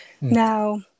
Now